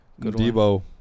Debo